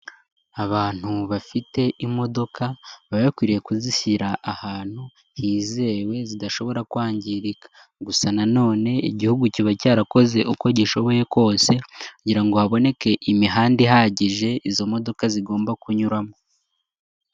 Abantu bafite imodoka, baba bakwiriye kuzishyira ahantu hizewe zidashobora kwangirika gusa nanone igihugu kiba cyarakoze uko gishoboye kose, kugira ngo haboneke imihanda ihagije izo modoka zigomba kunyuramo.